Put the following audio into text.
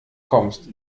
kommst